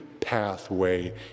pathway